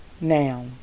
now